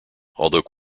although